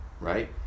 right